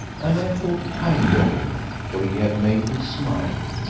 and i thought kindly of him, for he had made me smile.